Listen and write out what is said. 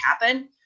happen